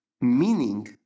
meaning